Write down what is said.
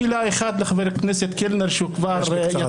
מילה אחת לחבר הכנסת קלנר, שהוא כבר יצא.